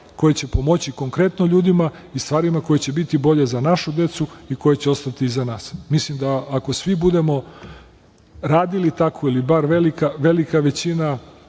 koji će pomoći konkretno ljudima i stvarima koje će biti bolje za našu decu i koja će ostati iza nas. Mislim da ako svi budemo radili tako ili bar velika većina,